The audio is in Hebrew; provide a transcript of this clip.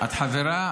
את חברה,